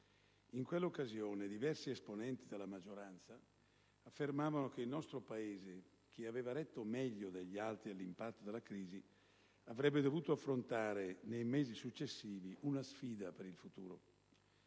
In quell'occasione, diversi esponenti della maggioranza affermavano che il nostro Paese, che aveva retto meglio degli altri all'impatto della crisi, avrebbe dovuto affrontare nei mesi successivi una sfida per il futuro: